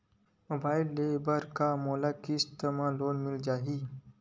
Mobile ले बर का मोला किस्त मा लोन मिल जाही?